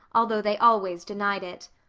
although they always denied it.